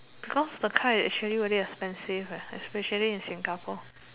because the car is actually very expensive right especially in Singapore